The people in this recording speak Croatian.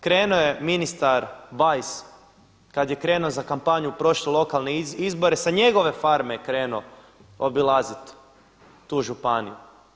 Krenuo je ministar Bajs kad je krenuo za kampanju prošle lokalne izbore sa njegove farme je krenuo obilazit tu županiju.